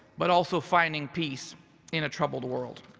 but also finding peace in a troubled world.